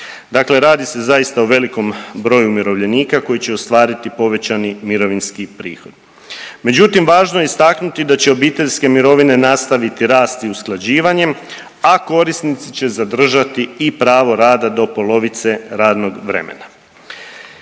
Dakle, radi se zaista o velikom broju umirovljenika koji će ostvariti povećani mirovinski prihod. Međutim, važno je istaknuti da će obiteljske mirovine nastaviti rasti usklađivanjem, a korisnici će zadržati i pravo rada do polovice radnog vremena.